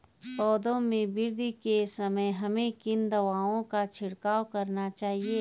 पौधों में वृद्धि के समय हमें किन दावों का छिड़काव करना चाहिए?